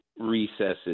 recesses